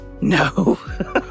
No